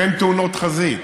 ואין תאונות חזית.